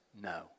No